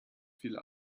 viel